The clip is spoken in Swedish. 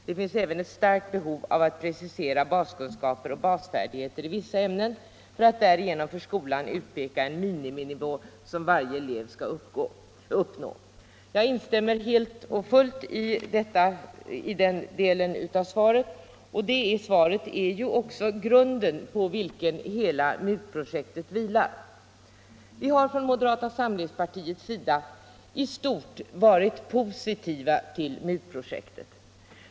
Det finns även ett starkt behov av att precisera baskunskaper och basfärdigheter i vissa ämnen för att därigenom för skolan utpeka en miniminivå som varje elev skall uppnå.” Jag instämmer helt och fullt i den delen av svaret. Detta är ju också grunden, på vilken hela MUT-projektet vilar. Vi har från moderata samlingspartiets sida i stort varit positiva till MUT-projektet.